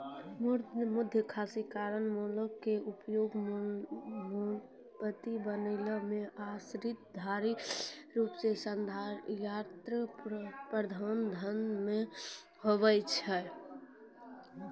मधुमक्खी केरो मोम क उपयोग मोमबत्ती बनाय म औषधीय आरु सौंदर्य प्रसाधन म होय छै